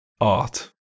art